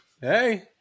Hey